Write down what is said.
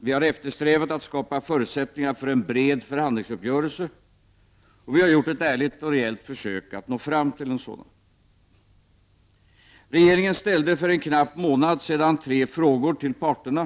Vi har eftersträvat att skapa förutsättningar för en bred förhandlingsuppgörelse, och vi har gjort ett ärligt och reellt försök att nå fram till en sådan. Regeringen ställde för en knapp månad sedan tre frågor till parterna.